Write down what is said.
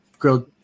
Grilled